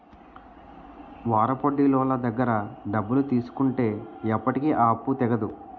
వారాపొడ్డీలోళ్ళ దగ్గర డబ్బులు తీసుకుంటే ఎప్పటికీ ఆ అప్పు తెగదు